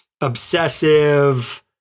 obsessive